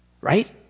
Right